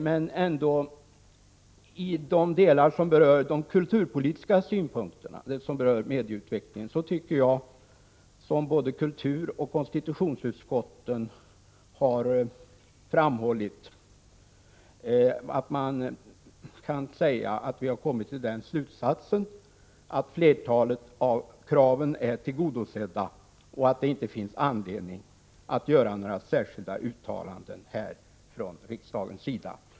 Men vad gäller de delar där de kulturpolitiska synpunkterna beträffande medieutvecklingen berörs tycker jag — och det har både kulturutskottet och konstitutionsutskottet framhållit — att man kan säga att vi har kommit till slutsatsen att de flesta kraven är tillgodosedda och att det inte finns någon anledning för riksdagen att göra några särskilda uttalanden.